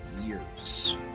years